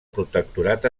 protectorat